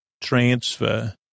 transfer